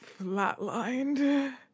flatlined